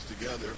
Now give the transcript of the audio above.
together